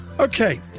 Okay